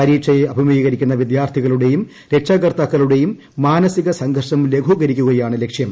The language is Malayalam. പരീക്ഷയെ അഭിമുഖീകരിക്കുന്ന വിദ്യാർത്ഥികളുടെയും രക്ഷകർത്താക്കളുടെയും മാനസിക സംഘർഷം ലഘൂകരിക്കുകയാണ് ലക്ഷ്യം